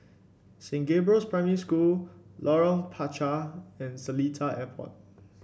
Saint Gabriel's Primary School Lorong Panchar and Seletar Airport